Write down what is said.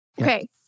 Okay